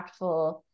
impactful